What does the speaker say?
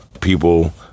people